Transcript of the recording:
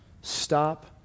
stop